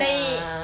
ah